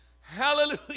Hallelujah